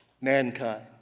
mankind